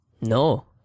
No